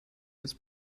des